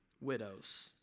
widows